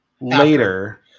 later